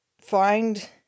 find